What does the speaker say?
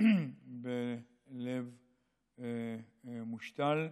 בלב מושתל,